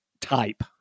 type